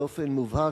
באופן מובהק,